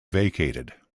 vacated